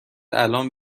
الان